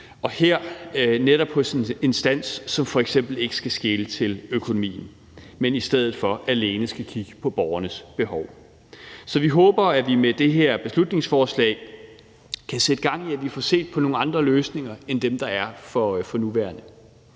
og her bør det være en instans, som f.eks. ikke skal skele til økonomien, men i stedet for alene skal kigge på borgernes behov. Så vi håber, at vi med det her beslutningsforslag kan sætte gang i, at vi får set på nogle andre løsninger end dem, der er for nuværende.